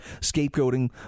scapegoating